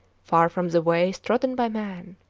far from the ways trodden by man.